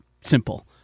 simple